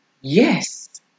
Yes